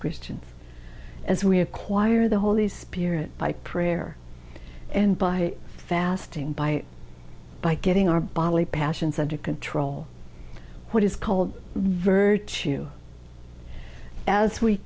christians as we acquire the holy spirit by prayer and by fasting by by getting our bodily passions under control what is called virtue as we